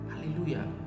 hallelujah